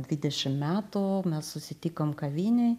dvidešim metų mes susitikom kavinėj